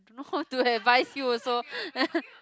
Don't know how to advise you also